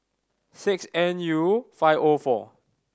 six N U five O four